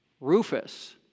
Rufus